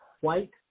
white